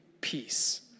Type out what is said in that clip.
peace